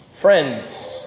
Friends